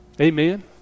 Amen